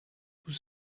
tout